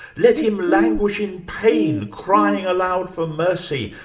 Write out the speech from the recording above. let him languish in pain, crying aloud for mercy,